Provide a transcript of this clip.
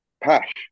Pash